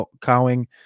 Cowing